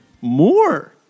more